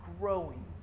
growing